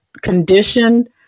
condition